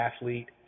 athlete